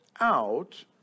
out